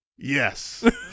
Yes